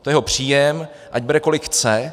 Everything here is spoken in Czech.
To je jeho příjem, ať bere kolik chce.